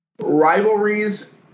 rivalries